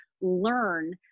learn